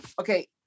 Okay